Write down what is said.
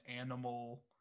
animal